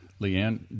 Leanne